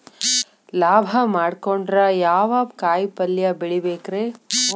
ಲಾಭ ಮಾಡಕೊಂಡ್ರ ಯಾವ ಕಾಯಿಪಲ್ಯ ಬೆಳಿಬೇಕ್ರೇ?